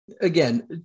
again